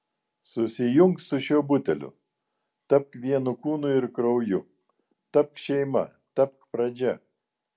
susijunk su šiuo buteliu tapk vienu kūnu ir krauju tapk šeima tapk pradžia